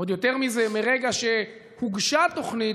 ועוד יותר מזה, מרגע שהוגשה תוכנית,